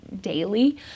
daily